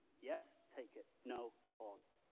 yes! take it. no! pause.